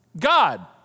God